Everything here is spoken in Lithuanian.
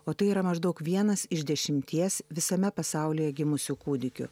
o tai yra maždaug vienas iš dešimties visame pasaulyje gimusių kūdikių